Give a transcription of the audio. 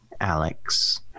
Alex